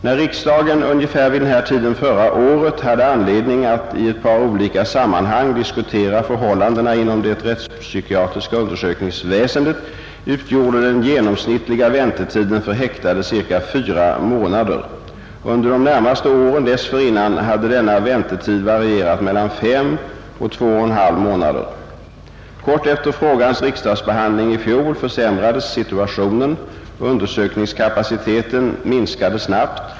När riksdagen ungefär vid den här tiden förra året hade anledning att i ett par olika sammanhang diskutera förhållandena inom det rättspsykiatriska undersökningsväsendet utgjorde den genomsnittliga väntetiden för häktade ca fyra månader. Under de närmaste åren dessförinnan hade denna väntetid varierat mellan fem och två och en halv månader. Kort efter frågans riksdagsbehandling i fjol försämrades situationen. Undersökningskapaciteten minskade snabbt.